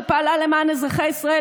שפעלה למען אזרחי ישראל,